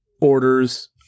Orders